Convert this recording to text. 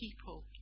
people